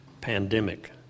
pandemic